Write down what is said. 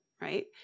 right